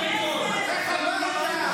אותך.